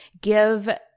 give